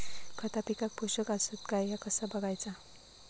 खता पिकाक पोषक आसत काय ह्या कसा बगायचा?